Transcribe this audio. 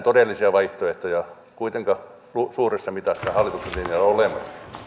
todellisia vaihtoehtoja kuitenkaan suuressa mitassa hallituksen linjaan ole